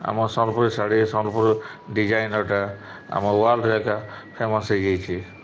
ଆମ ସୋନପୁର ଶାଢ଼ୀ ସୋନପୁର ଡିଜାଇନରଟା ଆମ ୱାର୍ଲଡରେ ଏକା ଫେମସ ହେଇଯାଇଛି